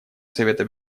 совета